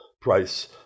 Price